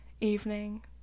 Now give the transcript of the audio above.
evening